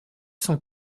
cent